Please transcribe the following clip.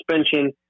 suspension